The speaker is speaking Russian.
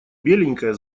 беленькая